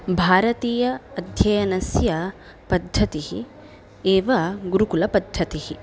भारतीय अध्ययनस्य पद्धतिः एव गुरुकुलपद्धतिः